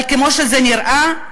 אבל כמו שזה נראה,